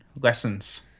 lessons